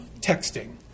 texting